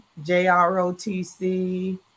JROTC